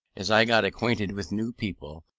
as i got acquainted with new people,